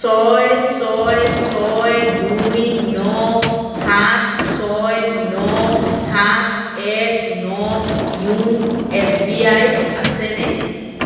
ছয় ছয় ছয় দুই ন সাত ছয় ন সাত এক ন য়োনো এছ বি আইত আছেনে